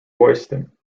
royston